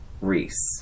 Reese